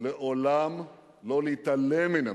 לעולם לא להתעלם מן המציאות.